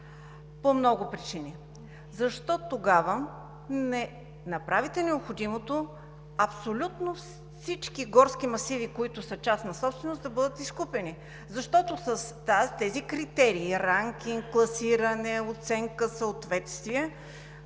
по много причини. Защо тогава не направите необходимото абсолютно всички горски масиви, които са частна собственост, да бъдат изкупени? Защото с тези критерии – ранкинг, класиране, оценка, съответствие,